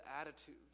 attitude